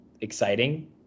exciting